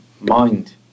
mind